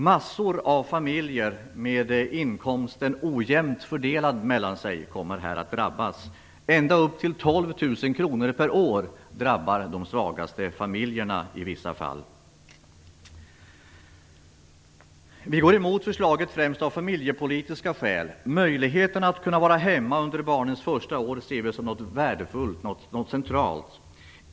Mängder av familjer med inkomster som är ojämnt fördelade mellan makarna kommer att drabbas. Ända upp till 12 000 kr per år drabbar i vissa fall de svagaste familjerna. Vi går emot förslaget främst av familjepolitiska skäl. Möjligheten att vara hemma under barnens första år ser vi som något värdefullt och centralt.